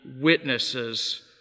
witnesses